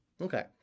Okay